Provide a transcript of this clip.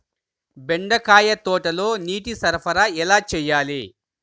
బెండకాయ తోటలో నీటి సరఫరా ఎలా చేయాలి?